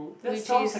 which is